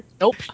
Nope